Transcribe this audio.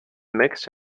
mixed